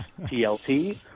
TLT